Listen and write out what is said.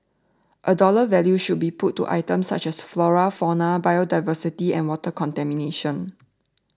a dollar value should be put to items such as flora fauna biodiversity and water contamination